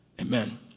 amen